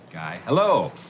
Hello